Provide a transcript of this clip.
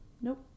nope